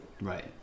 Right